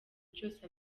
cyose